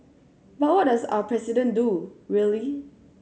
but what does our president do really